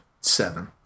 seven